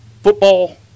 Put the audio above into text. football